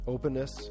openness